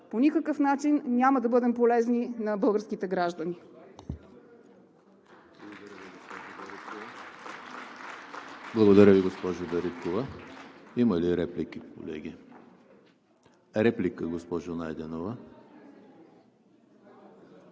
по никакъв начин няма да бъдем полезни на българските граждани.